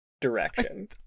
Direction